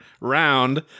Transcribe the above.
round